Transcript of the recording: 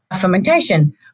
fermentation